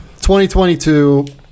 2022